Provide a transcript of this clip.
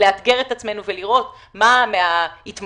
לאתגר את עצמנו ולראות מה מההתמחויות,